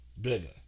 Bigger